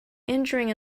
injuring